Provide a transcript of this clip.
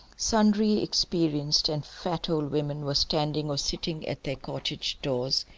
sundry experienced and fat old women were standing or sitting at their cottage doors,